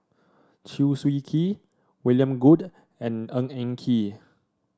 Chew Swee Kee William Goode and Ng Eng Kee